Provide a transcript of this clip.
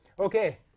Okay